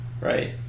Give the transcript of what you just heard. Right